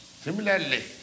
Similarly